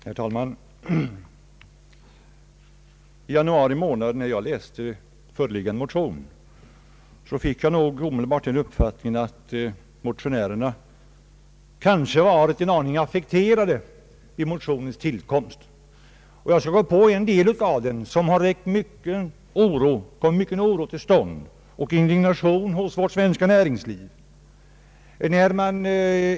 Herr talman! När jag i januari månad läste de föreliggande motionerna, fick jag omedelbart den uppfattningen att motionärerna kanske varit en aning affekterade vid motionernas tillkomst. Jag skall ta upp en detalj som kommit mycken oro och indignation åstad hos vårt svenska näringsliv.